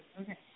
Okay